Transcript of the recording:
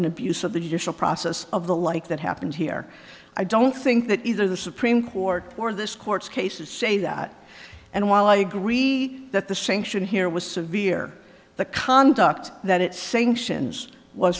an abuse of the judicial process of the like that happens here i don't think that either the supreme court or this court's cases say that and while i agree that the sanction here was severe the conduct that it sanctions was